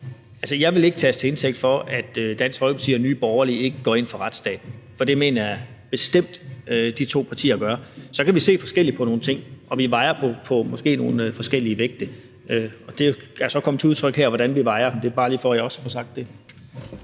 jeg ikke vil tages til indtægt for, at Dansk Folkeparti og Nye Borgerlige ikke går ind for retsstaten, for det mener jeg bestemt de to partier gør. Så kan vi se forskelligt på nogle ting, og vi vejer dem måske på nogle forskellige vægte. Det er så kommet til udtryk her, hvordan vi vejer dem. Det er bare lige for, at jeg også får sagt det.